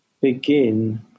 begin